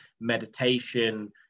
meditation